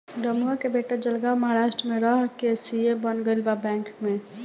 रमुआ के बेटा जलगांव महाराष्ट्र में रह के सी.ए बन गईल बा बैंक में